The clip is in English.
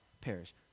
perish